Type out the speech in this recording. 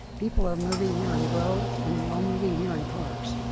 people are moving here and growth and they're all moving here in cars.